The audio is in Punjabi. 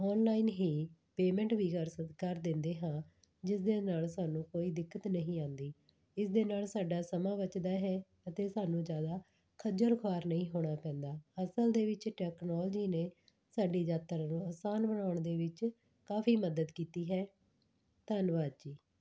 ਔਨਲਾਈਨ ਹੀ ਪੇਮੈਂਟ ਵੀ ਕਰ ਸਕ ਕਰ ਦਿੰਦੇ ਹਾਂ ਜਿਸ ਦੇ ਨਾਲ ਸਾਨੂੰ ਕੋਈ ਦਿੱਕਤ ਨਹੀਂ ਆਉਂਦੀ ਇਸ ਦੇ ਨਾਲ ਸਾਡਾ ਸਮਾਂ ਬਚਦਾ ਹੈ ਅਤੇ ਸਾਨੂੰ ਜ਼ਿਆਦਾ ਖੱਜਲ ਖੁਆਰ ਨਹੀਂ ਹੋਣਾ ਪੈਂਦਾ ਅਸਲ ਦੇ ਵਿੱਚ ਟੈਕਨੋਲਜੀ ਨੇ ਸਾਡੀ ਯਾਤਰਾ ਨੂੰ ਆਸਾਨ ਬਣਾਉਣ ਦੇ ਵਿੱਚ ਕਾਫੀ ਮਦਦ ਕੀਤੀ ਹੈ ਧੰਨਵਾਦ ਜੀ